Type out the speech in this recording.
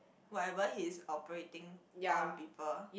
whatever he's operating on people